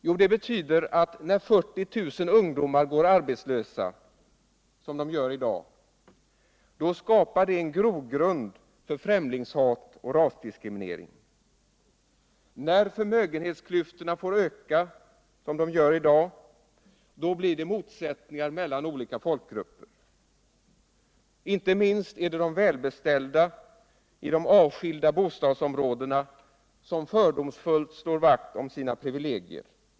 Jo, det betyder att när 40 000 ungdomar går arbetslösa som de gör i dag, då skapar det en grogrund för främlingshat och rasdiskriminering. När förmögenhetsklyftorna ökar, som de gör i dag, då det blir motsättningar mellan olika folkgrupper. Ofta är det välbeställda människor i avskilda bostadsområden som fördomsfullt slår vakt om sina privilegier.